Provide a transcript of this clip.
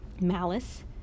malice